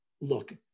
Look